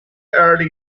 early